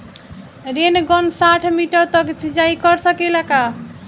Rain gun साठ metre तक सिचाई कर सकेला का?